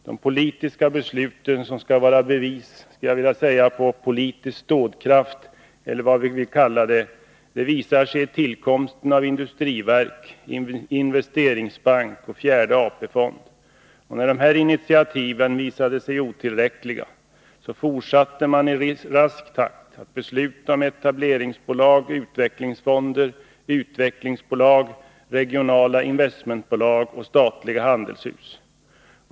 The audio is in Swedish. De politiska beslut som skall vara bevis på politisk dådkraft — eller vad vi skall kalla det — visar sig i tillkomsten av industriverk, investeringsbank och en fjärde AP-fond. När dessa initiativ visade sig otillräckliga, fortsatte man i rask takt att besluta om etableringsbolag, utvecklingsfonder, utvecklingsbolag, regionala investmentbolag och statliga handelshus.